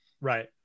Right